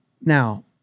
Now